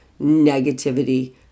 negativity